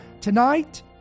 Tonight